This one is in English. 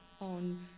on